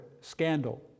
scandal